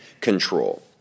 control